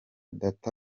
data